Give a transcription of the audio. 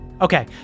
Okay